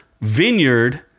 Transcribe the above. vineyard